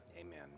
amen